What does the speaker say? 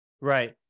right